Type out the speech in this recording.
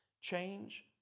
Change